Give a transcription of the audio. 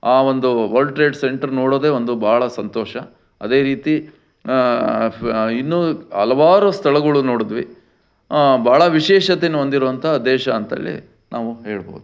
ಆ ಒಂದು world trade centre ನೋಡೋದೇ ಒಂದು ಭಾಳ ಸಂತೋಷ ಅದೇ ರೀತಿ ಫ್ ಇನ್ನೂ ಹಲ್ವಾರು ಸ್ಥಳಗಳು ನೋಡಿದ್ವಿ ಭಾಳ ವಿಶೇಷತೆಯನ್ನು ಹೊಂದಿರುವಂತಹ ದೇಶ ಅಂತೇಳಿ ನಾವು ಹೇಳ್ಬೋದು